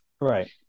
right